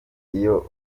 iyo